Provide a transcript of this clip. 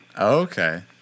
Okay